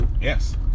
Yes